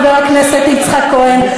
חבר הכנסת יצחק כהן,